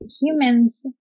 humans